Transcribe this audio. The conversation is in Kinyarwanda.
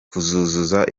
kuzuza